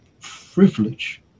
privilege